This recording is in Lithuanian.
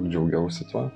džiaugiausi tuo